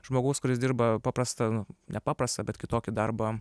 žmogaus kuris dirba paprastą nu nepaprastą bet kitokį darbą